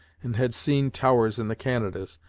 and had seen towers in the canadas,